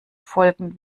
folgen